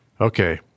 Okay